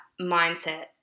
mindset